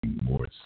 More